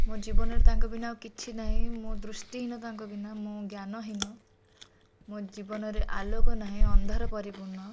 ମୋ ଜୀବନରେ ତାଙ୍କ ବିନା ଆଉ କିଛି ନାହିଁ ମୁଁ ଦୃଷ୍ଟିହୀନ ତାଙ୍କ ବିନା ମୁଁ ଜ୍ଞାନହୀନ ମୋ ଜୀବନରେ ଆଲୋକ ନାହିଁ ଅନ୍ଧାର ପରିପୂର୍ଣ୍ଣ